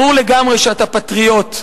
ברור לגמרי שאתה פטריוט,